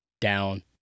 down